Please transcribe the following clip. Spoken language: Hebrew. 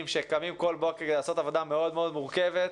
שקמים כל בוקר לעשות עבודה מאוד מאוד מורכבת,